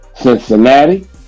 Cincinnati